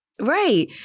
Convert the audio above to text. Right